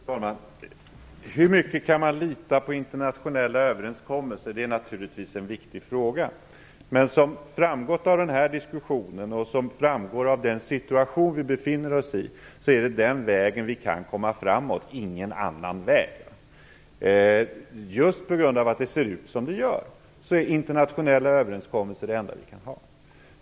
Fru talman! Hur mycket kan man lita på internationella överenskommelser? Det är naturligtvis en viktig fråga. Men som framgått av denna diskussion och som framgår av den situation vi befinner oss i är det den vägen vi kan komma framåt - ingen annan. Just på grund av att det ser ut som det gör är internationella överenskommelser det enda vi kan ha.